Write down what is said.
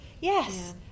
Yes